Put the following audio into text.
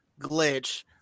glitch